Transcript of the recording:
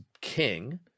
king